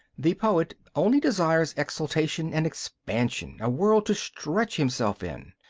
the poet only desires exaltation and expansion, a world to stretch himself in.